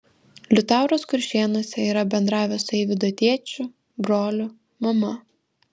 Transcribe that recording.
liutauras kuršėnuose yra bendravęs su eivydo tėčiu broliu mama